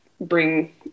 bring